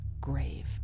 grave